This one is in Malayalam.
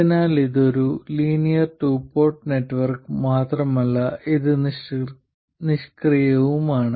അതിനാൽ ഇത് ഒരു ലീനിയർ ടു പോർട്ട് നെറ്റ്വർക്ക് മാത്രമല്ല ഇത് നിഷ്ക്രിയവുമാണ്